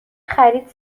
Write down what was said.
خرید